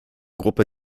gruppe